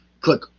Click